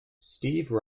steve